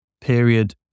period